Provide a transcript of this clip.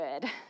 good